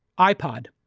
ipod.